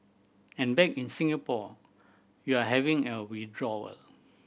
and back in Singapore you're having a withdrawal